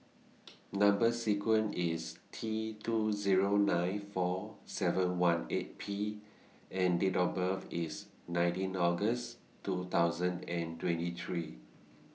Number sequence IS T two Zero nine four seven one eight P and Date of birth IS nineteen August two thousand and twenty three